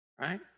Right